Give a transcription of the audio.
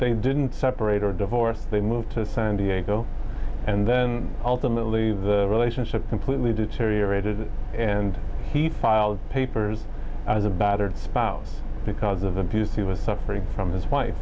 they didn't separate or divorce they moved to san diego and then ultimately the relationship completely deteriorated and he filed papers as a battered spouse because of abuse he was suffering from his wife